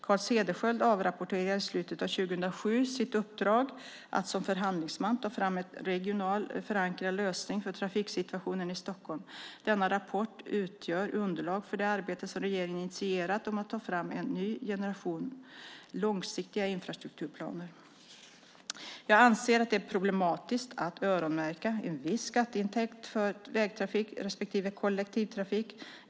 Carl Cederschiöld avrapporterade i slutet av 2007 sitt uppdrag att som förhandlingsman ta fram en regionalt förankrad lösning för trafiksituationen i Stockholm. Denna rapport utgör underlag för det arbete som regeringen initierat om att ta fram en ny generation långsiktiga infrastrukturplaner. Jag anser att det är problematiskt att öronmärka en viss skatteintäkt för vägtrafik respektive kollektivtrafik.